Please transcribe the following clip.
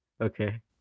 Okay